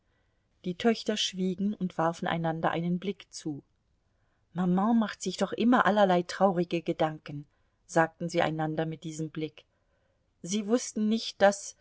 die töchter schwiegen und warfen einander einen blick zu maman macht sich doch immer allerlei traurige gedanken sagten sie einander mit diesem blick sie wußten nicht daß